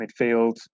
midfield